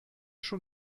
schon